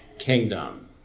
kingdom